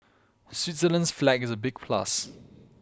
Switzerland's flag is a big plus